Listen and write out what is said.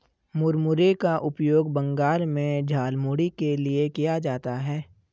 मुरमुरे का उपयोग बंगाल में झालमुड़ी के लिए किया जाता है